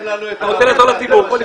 אתה רוצה לעזור לציבור?